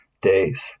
days